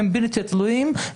הם בלתי תלויים,